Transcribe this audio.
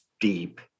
deep